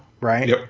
Right